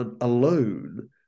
alone